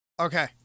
Okay